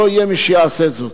לא יהיה מי שיעשה זאת.